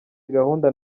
agahinda